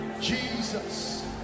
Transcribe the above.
Jesus